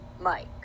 mike